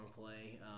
play